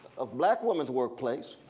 of black womens' workplace,